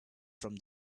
from